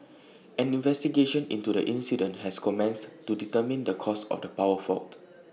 an investigation into the incident has commenced to determine the cause of the power fault